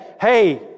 hey